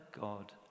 God